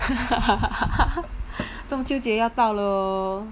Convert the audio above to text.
中秋节要到了哦